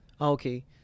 Okay